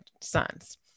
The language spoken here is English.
sons